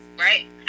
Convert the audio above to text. right